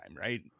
right